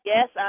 Yes